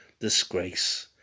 disgrace